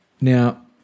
Now